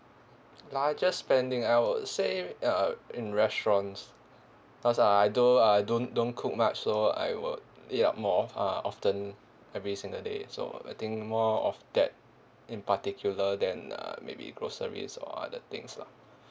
largest spending I would say uh in restaurants cause uh I do uh I don't don't cook much so I would ya more uh often every single day so I think more of that in particular than uh maybe groceries or other things lah